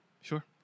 Sure